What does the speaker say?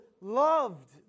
loved